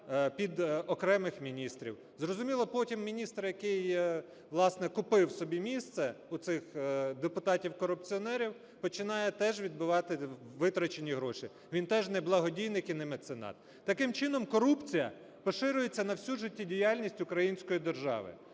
під окремих міністрів. Зрозуміло, потім міністр, який, власне, купив собі місце у цих депутатів-корупціонерів, починає теж відбивати витрачені гроші, він теж не благодійник і не меценат. Таким чином корупція поширюється на всю життєдіяльність української держави,